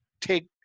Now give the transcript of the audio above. take